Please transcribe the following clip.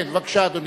בבקשה, אדוני.